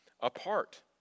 apart